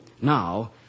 Now